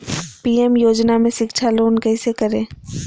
PM योजना में शिक्षा लोन कैसे करें?